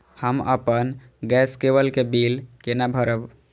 हम अपन गैस केवल के बिल केना भरब?